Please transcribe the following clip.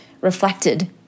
reflected